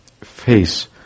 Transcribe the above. face